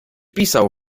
pisał